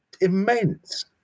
immense